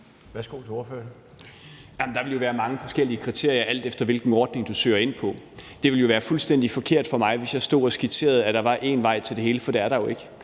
Der vil jo være mange forskellige kriterier, alt efter hvilken ordning du søger ind på. Det ville være fuldstændig forkert for mig, hvis jeg stod og skitserede, at der var én vej til det hele, for det er der jo ikke.